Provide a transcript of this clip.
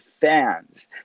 fans